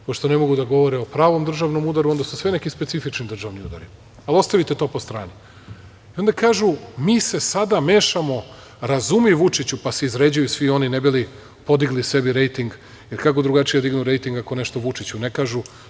Pošto ne mogu da govore o pravom državnom udaru, onda su sve neki specifični državni udari, ali ostavite to po strani i onda kažu - mi se sada mešamo, razumi, Vučiću, pa se izređaju svi oni ne bi li podigli sebi rejting, jer kako drugačije da dignu rejting ako nešto Vučiću ne kažu.